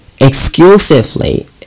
exclusively